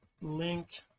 link